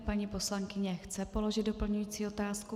Paní poslankyně chce položit doplňující otázku?